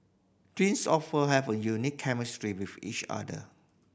twins often have a unique chemistry with each other